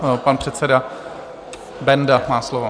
Ano, pan předseda Benda má slovo.